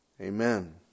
Amen